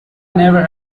never